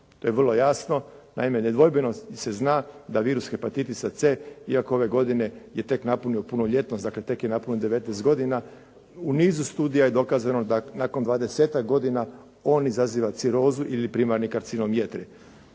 To je vrlo jasno. Naime, nedvojbeno se zna da virus hepatitisa c, iako ove godine je tek napunio punoljetnost, dakle tek je napunio 19 godina, u nizu studija je dokazano da nakon dvadesetak godina on izaziva cirozu ili primarni karcinom jetre.